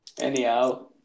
Anyhow